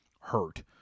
hurt